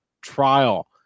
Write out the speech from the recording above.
trial